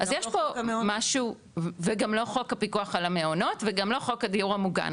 אז יש פה משהו וגם לא חוק הפיקוח על המעונות וגם לא חוק הדיור המוגן,